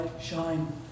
shine